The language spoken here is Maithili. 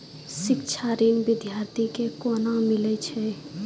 शिक्षा ऋण बिद्यार्थी के कोना मिलै छै?